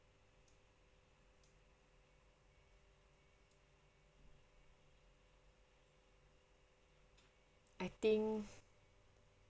I think